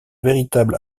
véritable